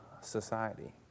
society